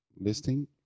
listing